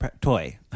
Toy